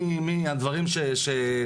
החל